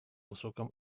высоком